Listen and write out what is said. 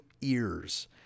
ears